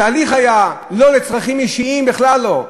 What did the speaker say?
התהליך לא היה לצרכים אישיים, בכלל לא.